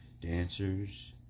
dancers